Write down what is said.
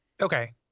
okay